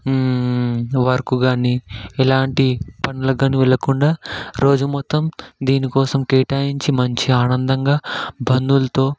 work కానీ ఎలాంటి పనులకని వెళ్ళకుండా రోజు మొత్తం దీనికోసం కేటాయించి మంచిగా ఆనందంగా బంధువులతో